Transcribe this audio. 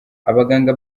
abaganga